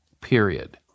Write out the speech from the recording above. period